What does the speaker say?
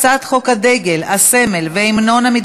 הצעת חוק איסור הפליה במוצרים,